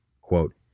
Quote